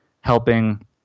helping